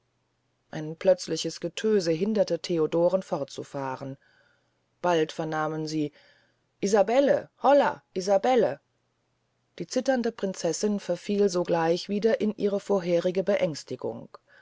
ein plötzliches getöse verhinderte theodoren fortzufahren bald vernahmen sie isabelle holla isabelle die zitternde prinzessin verfiel sogleich wieder in ihre vorige beängstigung